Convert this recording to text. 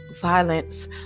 violence